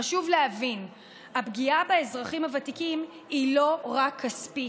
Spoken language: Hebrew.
חשוב להבין: הפגיעה באזרחים הוותיקים היא לא רק כספית,